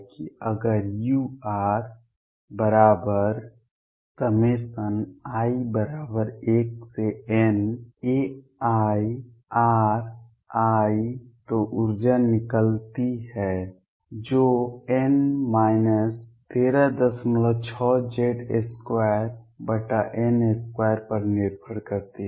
कि अगर uri1nairi तो ऊर्जा निकलती है जो n 136Z2n2 पर निर्भर करती है